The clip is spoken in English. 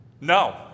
No